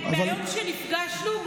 מהיום שנפגשנו,